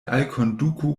alkonduku